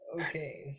Okay